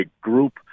group